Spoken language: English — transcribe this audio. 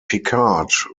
picard